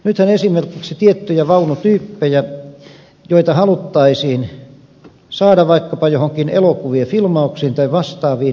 nythän esimerkiksi tiettyjä vaunutyyppejä joita haluttaisiin saada vaikkapa johonkin elokuvien filmauksiin tai vastaaviin ei enää ole